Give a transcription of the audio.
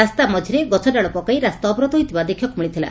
ରାସ୍ତା ମଝିରେ ଗଛ ଡାଳ ପକାଇ ରାସ୍ତା ଅବରୋଧ ହୋଇଥିବା ଦେଖିବାକୁ ମିଳିଥିଲା